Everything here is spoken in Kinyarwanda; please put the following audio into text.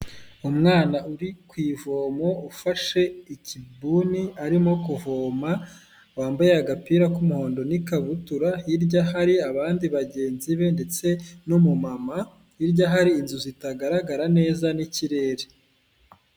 Umwana uri ku ivomo, ufashe ikibuni arimo kuvoma, wambaye agapira k'umuhondo n'ikabutura, hirya hari abandi bagenzi be ndetse n'umumama, hirya hari inzu zitagaragara neza n'ikirere.